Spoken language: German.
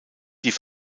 die